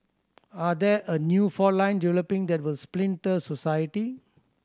are there a new fault lines developing that will splinter society